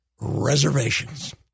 reservations